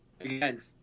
again